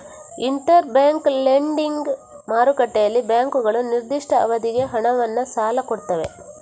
inter bank lending ಮಾರುಕಟ್ಟೆಯಲ್ಲಿ ಬ್ಯಾಂಕುಗಳು ನಿರ್ದಿಷ್ಟ ಅವಧಿಗೆ ಹಣವನ್ನ ಸಾಲ ಕೊಡ್ತವೆ